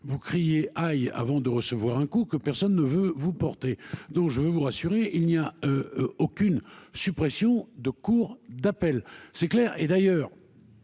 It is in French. vous criez aïe, avant de recevoir un coup que personne ne veut vous portez donc je vais vous rassurer : il n'y a aucune suppression de cour d'appel, c'est clair et d'ailleurs.